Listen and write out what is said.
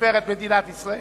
לתפארת מדינת ישראל.